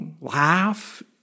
laugh